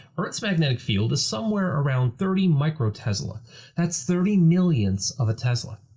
earth's magnetic field is somewhere around thirty micro tesla that's thirty millionths of a tesla.